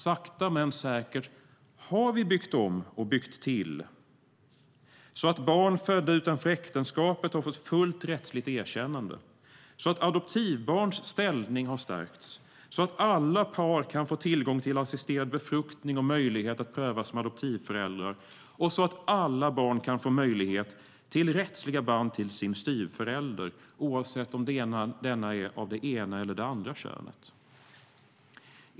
Sakta men säkert har vi byggt om och byggt till så att barn födda utanför äktenskapet fått fullt rättsligt erkännande, att adoptivbarns ställning stärkts, att alla par kan få tillgång till assisterad befruktning och möjlighet att prövas som adoptivföräldrar och att alla barn kan få möjlighet till rättsliga band till sin styvförälder, oavsett om styvföräldern är av det ena eller det andra könet.